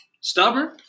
Stubborn